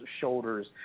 shoulders